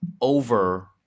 over